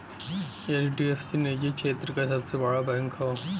HDFC निजी क्षेत्र क सबसे बड़ा बैंक हौ